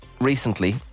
recently